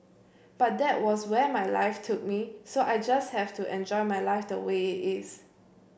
but that was where my life took me so I just have to enjoy my life the way it is